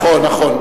נכון.